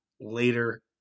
later